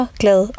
glad